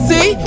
See